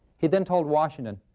he then told washington,